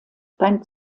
beim